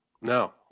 No